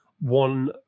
one